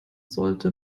sollte